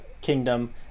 kingdom